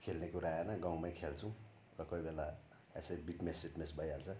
खेल्ने कुरा आएन गाउँमै खेल्छौँ र कोही बेला यसै फिट्नेससिट्नेस भइहाल्छ